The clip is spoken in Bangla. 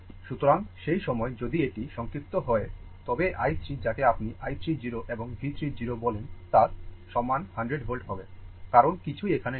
সুতরাং সেই সময় যদি এটি সংক্ষিপ্ত হয় তবে i 3 যাকে আপনি i 3 0 এবং V 3 0 বলেন তা সমান 100 volt হবে কারণ কিছুই এখানে নেই